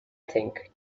think